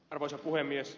arvoisa puhemies